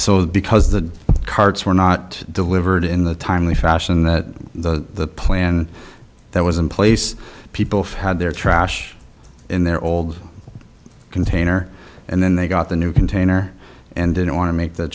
the because the carts were not delivered in the timely fashion that the plan that was in place people had their trash in their old container and then they got the new container and didn't want to make th